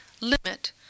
limit